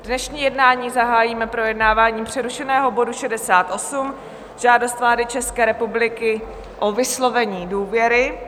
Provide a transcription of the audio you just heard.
Dnešní jednání zahájíme projednáváním přerušeného bodu 68, Žádost vlády České republiky o vyslovení důvěry.